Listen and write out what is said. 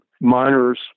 miners